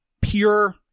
pure